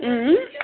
اۭں